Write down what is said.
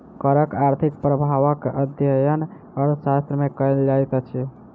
करक आर्थिक प्रभावक अध्ययन अर्थशास्त्र मे कयल जाइत अछि